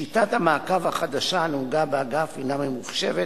שיטת המעקב החדשה הנהוגה באגף היא ממוחשבת,